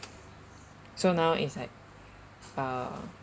so now it's like uh